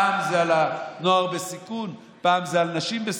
פעם זה על נוער בסיכון, פעם זה על נשים בסיכון,